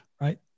right